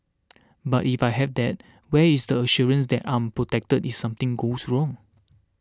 but if I have that where is the assurance that I'm protected if something goes wrong